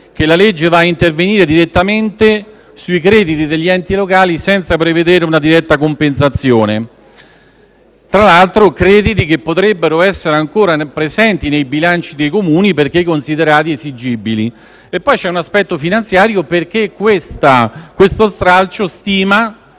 perché la legge interviene direttamente sui crediti degli enti locali, senza prevedere una diretta compensazione. Tra l'altro, si tratta di crediti che potrebbero essere ancora presenti nei bilanci dei Comuni perché considerati esigibili. C'è, poi, un aspetto finanziario, perché questo stralcio stima